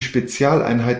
spezialeinheit